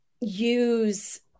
use